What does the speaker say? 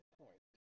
point